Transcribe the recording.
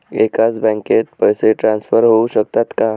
एकाच बँकेत पैसे ट्रान्सफर होऊ शकतात का?